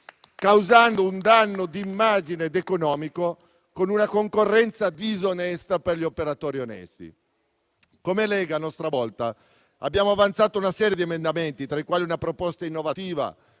causando un danno di immagine ed economico con una concorrenza disonesta per gli operatori onesti. Come Lega, a nostra volta, abbiamo avanzato una serie di emendamenti, tra i quali una proposta innovativa